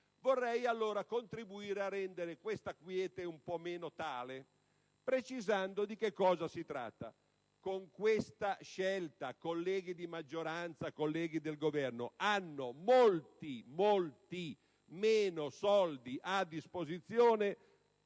Vorrei contribuire a rendere questa quiete un po' meno tale, precisando di cosa si tratta. Con questa scelta, colleghi di maggioranza e colleghi del Governo, hanno molti meno soldi a disposizione,